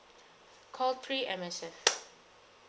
call three M_S_F